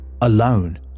alone